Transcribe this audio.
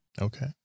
okay